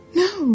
no